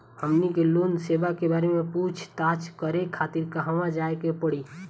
हमनी के लोन सेबा के बारे में पूछताछ करे खातिर कहवा जाए के पड़ी?